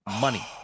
money